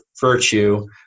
virtue